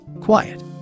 Quiet